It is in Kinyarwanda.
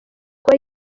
kuba